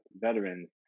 veterans